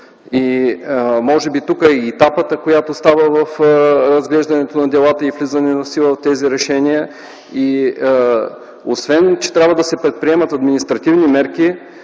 И може би тук е и тапата, която става при разглеждането на делата и влизането в сила на тези решения. Освен че трябва да се приемат административни мерки